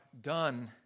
done